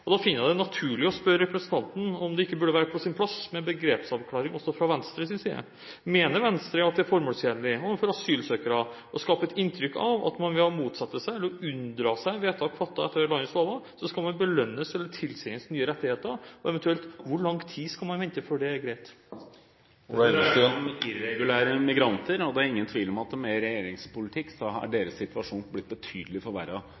Da finner jeg det naturlig å spørre representanten om det ikke burde være på sin plass med en begrepsavklaring, også fra Venstres side. Mener Venstre at det er formålstjenlig overfor asylsøkere å skape et inntrykk av at man ved å motsette seg eller unndra seg vedtak fattet etter utlendingsloven skal belønnes eller tilskrives nye rettigheter? Og hvor lang tid skal man eventuelt vente før det er greit? Det dreier seg om irregulære migranter, og det er ingen tvil om at med regjeringens politikk har deres situasjon blitt betydelig forverret de siste årene. Det er